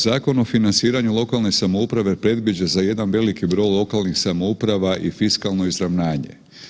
Zakon o financiranju lokalne samouprave predviđa za jedan veliki broj lokalnih samouprava i fiskalno izravnanje.